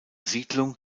siedlung